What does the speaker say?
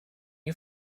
you